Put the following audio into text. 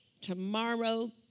tomorrow